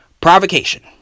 provocation